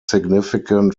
significant